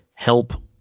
Help